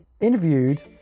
interviewed